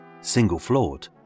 single-floored